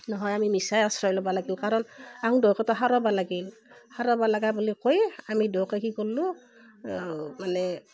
নহয় আমি মিছাই আশ্ৰয় ল'ব লাগিল কাৰণ আহুন দুয়োকে ত' সাৰবা লাগিল সাৰবা লগা বুলি কৈ আমি দুয়োকে কি কল্লু মানে